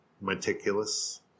Meticulous